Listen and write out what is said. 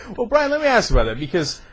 albright ambassador because